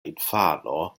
infano